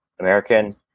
American